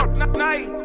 night